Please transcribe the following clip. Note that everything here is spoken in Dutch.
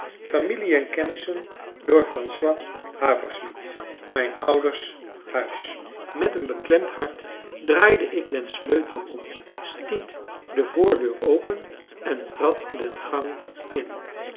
familie en kennissen mijn ouders huis met een beklemd hart draaide ik den sleutel om stiet de voordeur open en trad den gang in